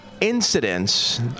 incidents